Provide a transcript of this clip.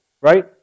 right